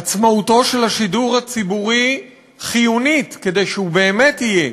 עצמאותו של השידור הציבורי חיונית כדי שהוא באמת יהיה